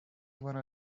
one